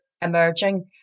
emerging